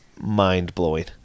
mind-blowing